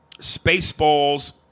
Spaceballs